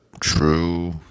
true